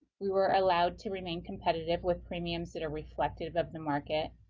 we were allowed to remain competitive with premiums that are reflective of the market.